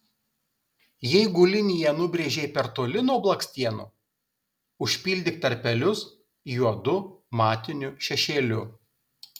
jeigu liniją nubrėžei per toli nuo blakstienų užpildyk tarpelius juodu matiniu šešėliu